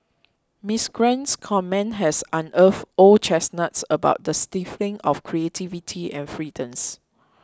Miss Gwen's comment has unearthed old chestnuts about the stifling of creativity and freedoms